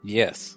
yes